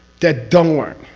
that don't work!